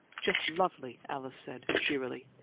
just lovely! alice said, cheerily,